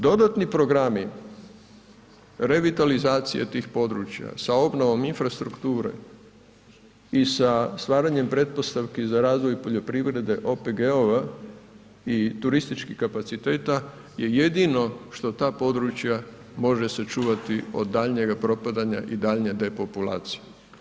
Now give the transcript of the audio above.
Dodatni programi revitalizacije tih područja sa obnovom infrastrukture i sa stvaranjem pretpostavki za razvoj poljoprivrede OPG-ova i turističkih kapaciteta je jedino što ta područja može sačuvati od daljnjega propadanja i daljnje depopulacije.